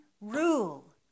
rule